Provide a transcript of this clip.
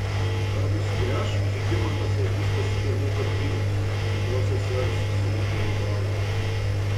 ar nusigręš žygimantas augustas ir nuo kotrynos tikros sesers sunkią jai valandą